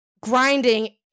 grinding